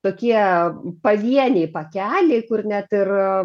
tokie pavieniai pakeliai kur net ir